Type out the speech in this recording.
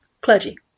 clergy